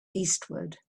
eastward